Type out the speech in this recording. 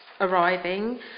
arriving